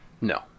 No